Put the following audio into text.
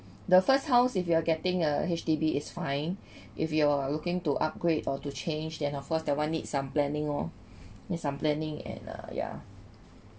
the first house if you are getting a H_D_B is fine if you're looking to upgrade or to change then of course that one need some planning oh need some planning and uh yeah